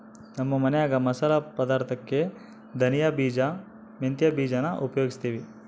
ನಮ್ಮ ಮನ್ಯಾಗ ಮಸಾಲೆ ಪದಾರ್ಥುಕ್ಕೆ ಧನಿಯ ಬೀಜ, ಮೆಂತ್ಯ ಬೀಜಾನ ಉಪಯೋಗಿಸ್ತೀವಿ